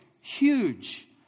huge